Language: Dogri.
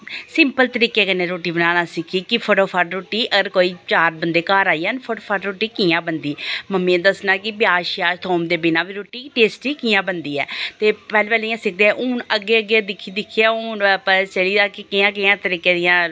सिंपल तरीके कन्नै रुट्टी बनाना सिक्खी कि फटोफट रुट्टी अगर कोई चार बंदे घर आई जान फटोफट रुट्टी कि'यां बनदी मम्मी नै दस्सना कि प्याज श्याज थोम दे बिना बी रुट्टी टेस्टी कि'यां बनदी ऐ ते पैह्लें पैह्लें इ'यां सिखदे हून अग्गें अग्गें दिक्खी दिक्खियै हून पता चली गेदा कि कि'यां कि'यां तरीके दियां